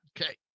Okay